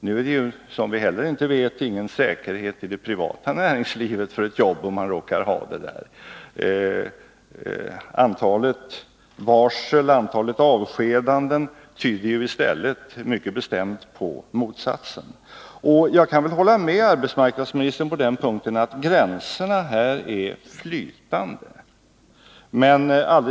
Nu är det ju inte heller, som vi vet, någon säkerhet inom det privata näringslivet, om man råkar ha ett arbete där. Antalet varsel och antalet avskedanden tyder i stället mycket bestämt på motsatsen. Jag kan väl hålla med arbetsmarknadsministern om att gränserna här är flytande.